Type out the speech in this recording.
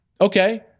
Okay